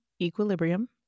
equilibrium